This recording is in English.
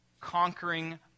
conquering